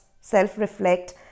self-reflect